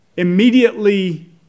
immediately